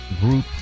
group